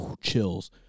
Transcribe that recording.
Chills